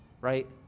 right